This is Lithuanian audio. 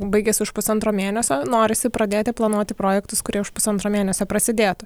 baigiasi už pusantro mėnesio norisi pradėti planuoti projektus kurie už pusantro mėnesio prasidėtų